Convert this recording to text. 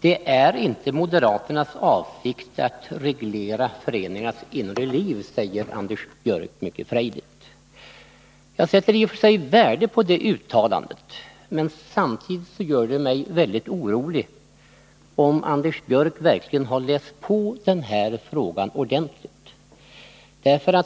Det är inte moderaternas avsikt att reglera föreningars inre liv, säger Anders Björck mycket frejdigt. Jag sätter i och för sig värde på det uttalandet. Men samtidigt gör det mig mycket orolig om huruvida Anders Björck verkligen har läst på den här frågan ordentligt.